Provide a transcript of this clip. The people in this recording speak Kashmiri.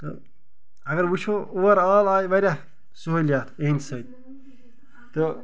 تہٕ اَگر وُچھو اوٚوَرآل آیہِ واریاہ سہوٗلیَت یہنٛدِ سۭتۍ تہٕ